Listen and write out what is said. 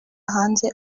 hanze